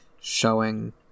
showing